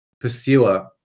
pursuer